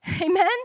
Amen